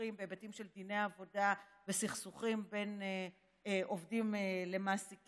בסכסוכים בהיבטים של דיני עבודה וסכסוכים בין עובדים למעסיקים,